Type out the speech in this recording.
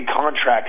contract